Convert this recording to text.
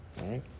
right